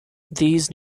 these